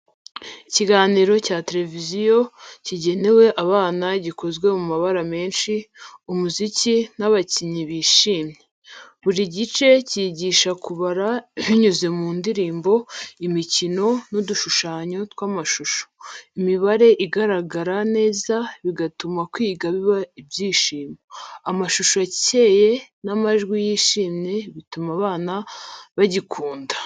Ikiganiro cya televiziyo kigenewe abana gikozwe mu mabara menshi, umuziki, n’abakinnyi bishimye. Buri gice cyigisha kubara binyuze mu ndirimbo, imikino, n’udushushanyo tw’amashusho. Imibare igaragara neza, bigatuma kwiga biba ibyishimo. Amashusho akeye n’amajwi yishimye bituma abana bagikunda.